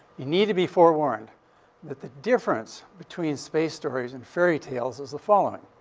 you need to be forewarned that the difference between space stories and fairy tales is the following.